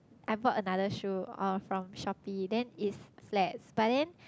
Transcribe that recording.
I bought another shoe oh from Shopee then it's flats but then